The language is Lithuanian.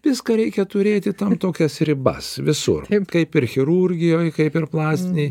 viską reikia turėti tam tokias ribas visur kaip ir chirurgijoj kaip ir plastinėj